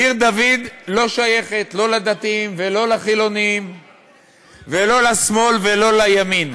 עיר-דוד לא שייכת לא לדתיים ולא לחילונים ולא לשמאל ולא לימין.